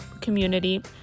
community